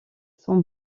son